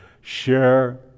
share